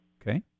Okay